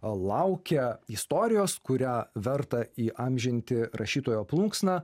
laukia istorijos kurią verta įamžinti rašytojo plunksna